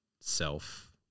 self